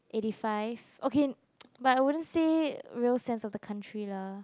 it is five okay but I wouldn't say real sense of the country lah